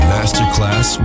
Masterclass